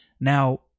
Now